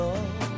Love